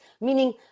Meaning